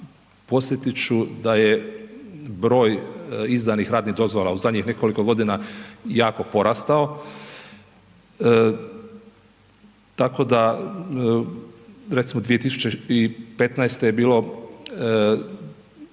podsjetit ću da je broj izdanih radnih dozvola u zadnjih nekoliko godina jako porastao, tako da, recimo 2015. je bilo,